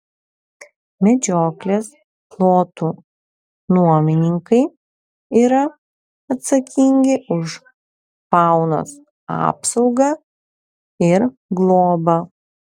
medžioklės plotų nuomininkai yra atsakingi už faunos apsaugą ir globą